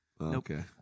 Okay